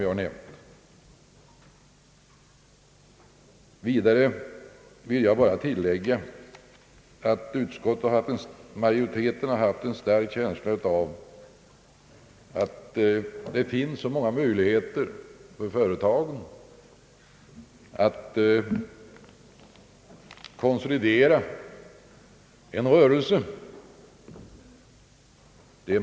Jag vill tillägga att utskottsmajoriteten haft en stark känsla av att det finns många möjligheter för företag att konsolidera sig.